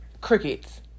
Crickets